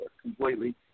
completely